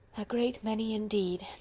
a great many indeed,